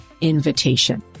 invitation